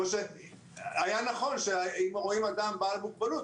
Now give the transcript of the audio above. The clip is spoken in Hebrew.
היה נכון שאם רואים אדם בעל מוגבלות,